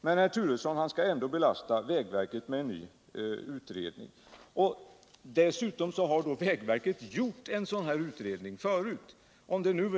Men herr Turesson skall ändå belasta vägverket med en utredning. Dessutom har vägverket gjort en sådan här utredning förut.